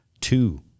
Two